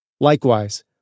Likewise